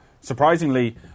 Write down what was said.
surprisingly